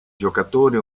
giocatori